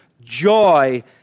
joy